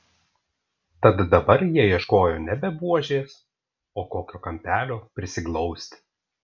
tad dabar jie ieškojo nebe buožės o kokio kampelio prisiglausti